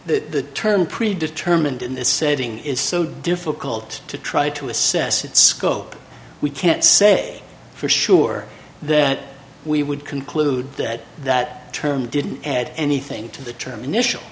the term pre determined in this setting is so difficult to try to assess its scope we can't say for sure that we would conclude that that term didn't add anything to the term initial